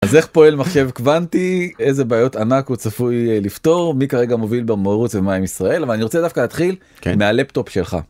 אז איך פועל מחשב קוונטי, איזה בעיות ענק הוא צפוי לפתור, מי כרגע מוביל במהירות ומה עם ישראל, אבל אני רוצה דווקא להתחיל מהלפטופ שלך.